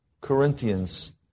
Corinthians